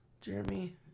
Jeremy